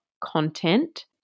content